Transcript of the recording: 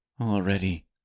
already